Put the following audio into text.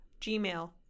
Gmail